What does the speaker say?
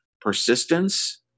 Persistence